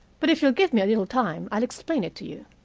but if you'll give me a little time i'll explain it to you.